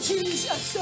Jesus